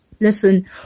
Listen